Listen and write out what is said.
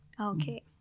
Okay